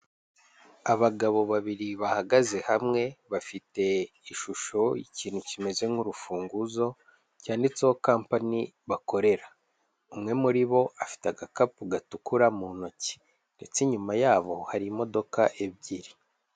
Abagabo babiri bahagaze hamwe bafite ishusho y'ikintu kimeze nk'urufunguzo, cyanditseho compani bakorera, umwe muri bo afite agakapu gatukura mu ntoki ndetse inyuma yabo hari imodoka ebyiri.